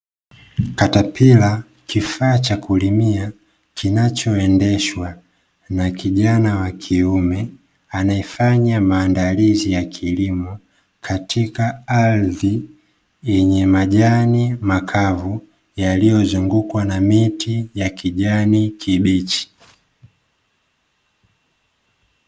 Katapila, kifaa cha kulimia kinachoendeshwa na kijana wa kiume, anayefanya maandalizi ya kilimo, katika ardhi yenye majani makavu yaliyozungukwa na miti ya kijani kibichi.